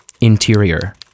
interior